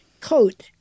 coat